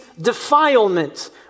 defilement